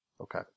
Okay